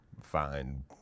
find